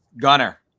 Gunner